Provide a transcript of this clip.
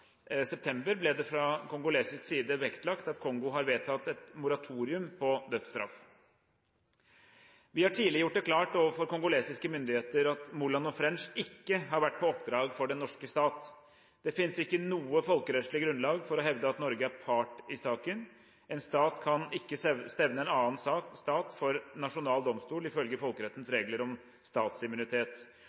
september ble det fra kongolesisk side vektlagt at Kongo har vedtatt et moratorium på dødsstraff. Vi har tidlig gjort det klart overfor kongolesiske myndigheter at Moland og French ikke har vært på oppdrag for den norske stat. Det finnes ikke noe folkerettslig grunnlag for å hevde at Norge er part i saken. En stat kan ikke stevne en annen stat for nasjonal domstol, ifølge folkerettens regler om